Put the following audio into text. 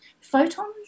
photons